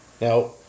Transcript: Now